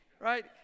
right